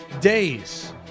days